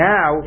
Now